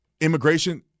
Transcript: Immigration